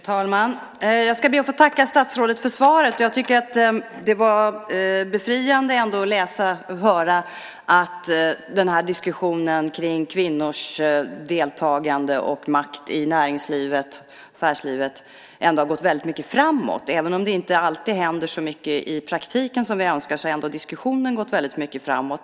Fru talman! Jag ska be att få tacka statsrådet för svaret. Jag tycker att det var befriande att läsa och höra att den här diskussionen kring kvinnors deltagande och makt i näringslivet, affärslivet, ändå har gått väldigt mycket framåt. Även om det inte alltid händer så mycket i praktiken som vi önskar har diskussionen ändå gått väldigt mycket framåt.